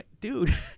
dude